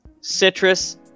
Citrus